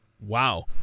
Wow